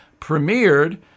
premiered